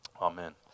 Amen